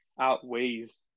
outweighs